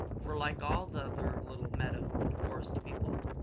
for, like all the other little meadow and forest people,